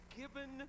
given